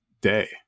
day